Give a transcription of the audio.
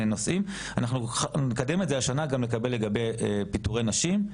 נושאים ואנחנו נקדם את זה השנה גם על הנושא של פיטורי נשים,